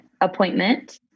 appointment